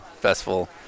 festival